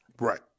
right